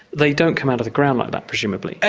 they don't come out of the ground like that presumably.